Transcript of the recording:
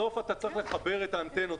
בסוף אתה צריך לחבר את האנטנות.